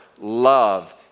love